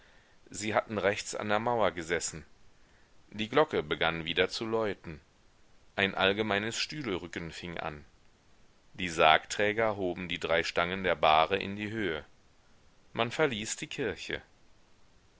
sie hatten rechts an der mauer gesessen die glocke begann wieder zu läuten ein allgemeines stühlerücken fing an die sargträger hoben die drei stangen der bahre in die höhe man verließ die kirche